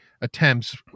attempts